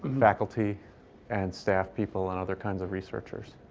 faculty and staff people and other kinds of researchers.